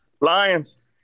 Lions